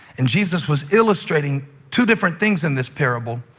and jesus was illustrating two different things in this parable.